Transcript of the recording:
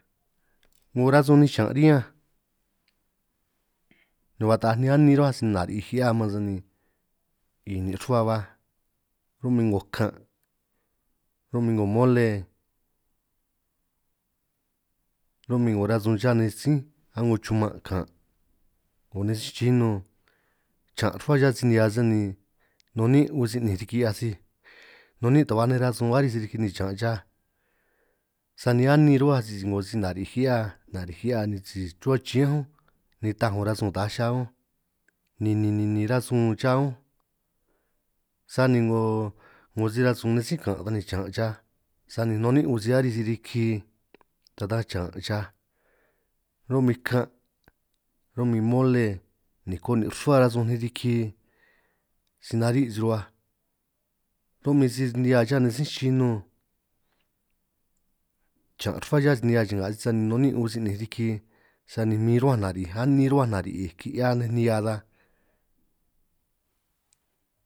'Ngo rasun min xiñan' riñanj ba taaj ni anin rruhuaj si nari' ki'hia man, sani 'i nin' ruhua baj ro'min 'ngo kan' ro'min 'ngo mole, ro'min 'ngo rasun cha nej sí' a'ngo chuman' kan' 'ngo nej sí chino, chan rruhua cha si nihia sij sani nun ni'in' un si 'ninj riki 'hiaj sij, nun nin'in' ta ba nej rasun arij si riki ni chiñan' chaj, sani anin ruhuaj sisi 'ngo si nari' ki'hia nari' ki'hia ni si rruhua chiñán unj, nitaj 'ngo rasun taa cha unj ni ni ni ni rasun cha unj, sani 'ngo 'ngo si rasun nej sí kan ta ni chiñan' chaj sani nun ni'in' un si arij si riki, ta taj chiñan chaj ro'min kan' ro'min mole niko nin' rruhua rasun 'ninj riki, si nari' si rruhuaj ro'min si nihia cha nej sí chino chan' rruhua cha si nihia cha'nga sani nun ni'in un si 'ninj riki, sani min rruhuaj nari'ij a'nin rruhuaj nari'ij ki'hia nej nihia ta.